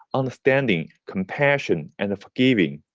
understanding, compassion and forgiving.